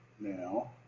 now